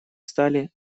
стали